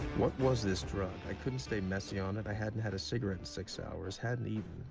what was this drug? i couldn't stay messy on it, i hadn't had a cigarette in six hours, hadn't eaten,